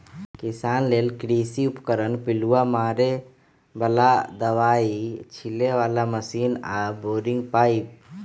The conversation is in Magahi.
किसान लेल कृषि उपकरण पिलुआ मारे बला आऽ दबाइ छिटे बला मशीन आऽ बोरिंग पाइप